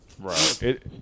Right